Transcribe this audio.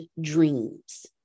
dreams